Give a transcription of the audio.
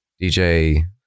DJ